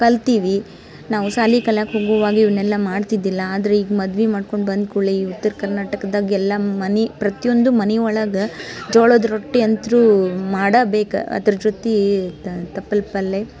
ಕಲ್ತೀವಿ ನಾವು ಶಾಲೆ ಕಲಿಯೋಕ್ ಹೋಗುವಾಗ ಇವನ್ನೆಲ್ಲ ಮಾಡ್ತಿದ್ದಿಲ್ಲ ಆದ್ರೆ ಈಗ ಮದುವೆ ಮಾಡ್ಕೊಂಡು ಬಂದ ಕೂಡ್ಲೇ ಈ ಉತ್ತರ ಕರ್ನಾಟಕದಾಗೆಲ್ಲ ಮನೆ ಪ್ರತಿಯೊಂದು ಮನೆಯೊಳಗೆ ಜೋಳದ ರೊಟ್ಟಿಯಂತೂ ಮಾಡಾ ಬೇಕು ಅದ್ರ ಜೊತೆ ಇದು ತಪ್ಪಲ್ಲ ಪಲ್ಲೆ